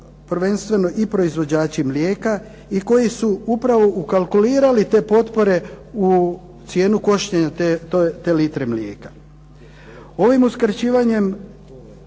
prvenstveno i proizvođači mlijeka i koji su upravo ukalkulirali te potpore u cijenu koštanja te litre mlijeka. Ovim uskraćivanjem